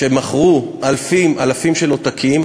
שמכרו אלפים של עותקים,